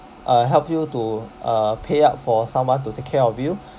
uh help you to uh pay up for someone to take care of you